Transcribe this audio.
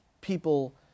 people